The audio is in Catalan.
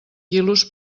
quilos